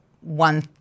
one